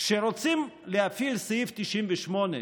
כשרוצים להפעיל את סעיף 98,